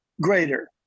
greater